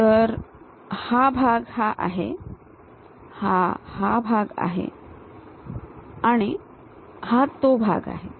तर हा भाग हा आहे हा हा भाग आहे आणि हा तो भाग आहे